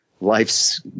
life's